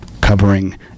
covering